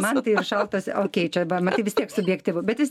man tai ir šaltos okei čia vis tiek subjektyvu bet vis tiek